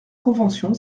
convention